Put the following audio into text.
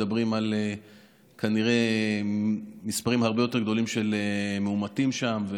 מדברים כנראה על מספרים הרבה יותר גדולים של מאומתים שם.